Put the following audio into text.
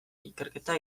ikerketa